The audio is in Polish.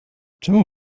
czemu